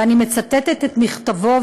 ואני מצטטת את מכתבו,